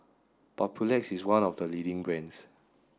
Papulex is one of the leading brands